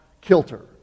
kilter